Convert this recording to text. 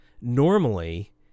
Normally